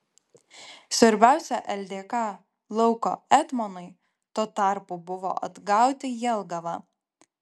svarbiausia ldk lauko etmonui tuo tarpu buvo atgauti jelgavą